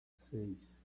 seis